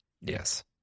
yes